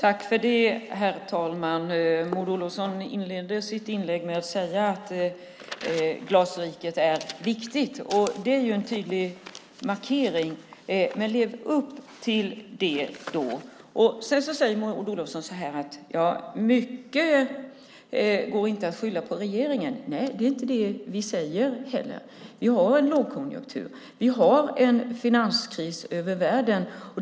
Herr talman! Maud Olofsson inledde sitt anförande med att säga att Glasriket är viktigt. Det är en tydlig markering. Men lev upp till det då! Sedan säger Maud Olofsson att mycket inte går att skylla på regeringen. Nej, det är inte heller det som vi säger. Vi har en lågkonjunktur, och det är en finanskris i hela världen.